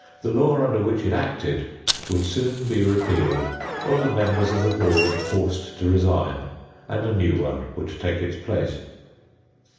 the law under which it acted would soon be repealed or the members of the board forced to resign and a new one would take its place.